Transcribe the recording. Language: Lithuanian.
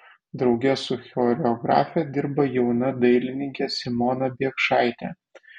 drauge su choreografe dirba jauna dailininkė simona biekšaitė